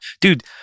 dude